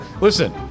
Listen